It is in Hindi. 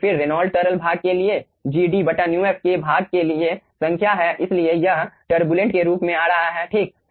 और फिर रेनॉल्ड्स तरल भाग के लिए G D μf के भाग के लिए संख्या है इसलिए यह टर्बूलेंट के रूप में आ रहा है ठीक